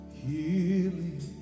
healing